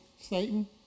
Satan